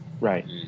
Right